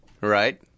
right